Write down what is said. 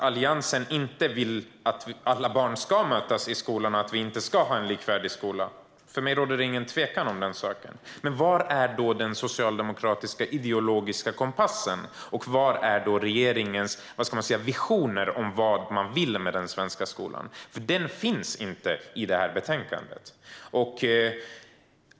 Alliansen vill inte att alla barn ska mötas skolan och att vi inte ska ha en likvärdig skola. För mig råder det ingen tvekan om den saken. Men var är då den socialdemokratiska, ideologiska kompassen? Och vad är regeringens visioner om vad man vill med den svenska skolan? Den finns inte med i det här betänkandet.